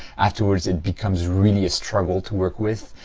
afterwards it becomes really a struggle to work with.